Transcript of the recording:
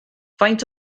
faint